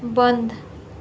बंद